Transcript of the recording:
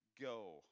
go